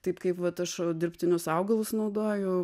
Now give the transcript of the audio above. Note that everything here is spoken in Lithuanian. taip kaip vat aš dirbtinius augalus naudoju